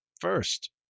First